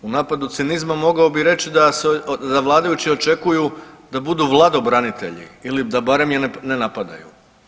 U napadu cinizma mogao bih reći da se za vladajuće očekuje da budu vladobranitelji ili da barem je ne napadaju.